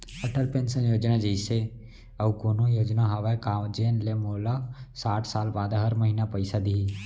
Atal pension योजना जइसे अऊ कोनो योजना हावे का जेन ले मोला साठ साल बाद हर महीना पइसा दिही?